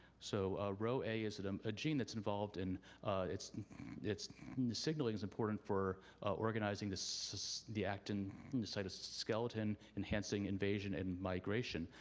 so row a is um a gene that's involved in its its signaling is important for organizing the so the acting side of skeleton enhancing invasion and migration.